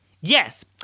Yes